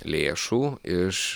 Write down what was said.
lėšų iš